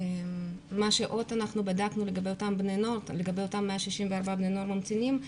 מה שעוד אנחנו בדקנו לגבי אותם 164 בני נוער ממתינים,